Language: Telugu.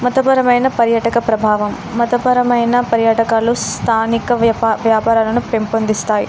మతపరమైన పర్యాటక ప్రభావం మతపరమైన పర్యాటకాలు స్థానిక వ్యాప వ్యాపారాలను పెంపొందిస్తాయి